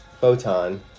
photon